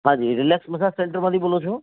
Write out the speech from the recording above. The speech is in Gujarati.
હા જી રિલેક્સ મસાજ સેંટર માંથી બોલો છો